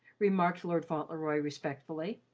remarked lord fauntleroy respectfully.